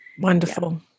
Wonderful